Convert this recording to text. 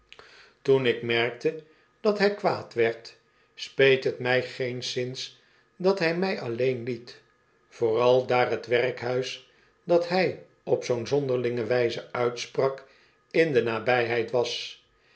toen ik merkte dat hij kwaad werd speet het mij geenszins dat hij mij alleen liet vooral daar t werkhuis dat hij op zoo zonderlinge wijze uitsprak in de nabijheid was